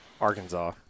Arkansas